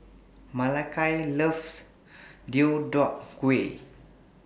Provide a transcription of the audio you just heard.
Malakai loves Deodeok Gui